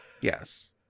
Yes